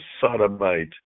sodomite